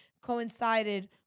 coincided